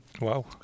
Wow